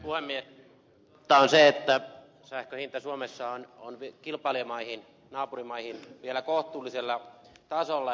totuus on se että sähkönhinta suomessa on kilpailijamaihin naapurimaihin verrattuna vielä kohtuullisella tasolla